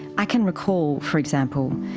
i can recall, for example,